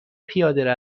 پیاده